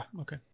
Okay